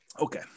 okay